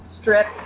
strip